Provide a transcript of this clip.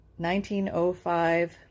1905